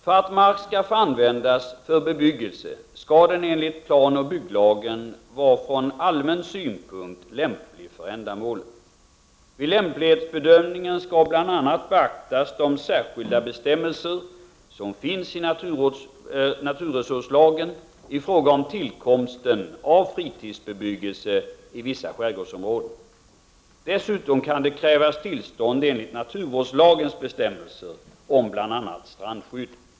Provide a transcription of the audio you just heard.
För att mark skall få användas för bebyggelse skall den enligt planoch bygglagen vara från allmän synpunkt lämplig för ändamålet. Vid lämplighetsbedömningen skall bl.a. beaktas de särskilda bestämmelser som finns i naturresurslagen i fråga om tillkomsten av fritidsbebyggelse i vissa skärgårdsområden. Dessutom kan det krävas tillstånd enligt naturvårdslagens bestämmelser om bl.a. strandskydd.